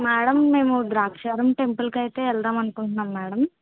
madam మేము ద్రాక్షారామం టెంపుల్కి అయితే వెళ్దామనుకుంటున్నాము మేడం